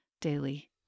daily